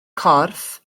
corff